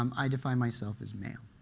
um i define myself as male.